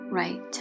right